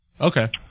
Okay